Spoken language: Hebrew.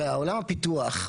ועולם הפיתוח,